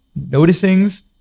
noticings